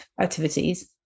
activities